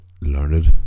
learned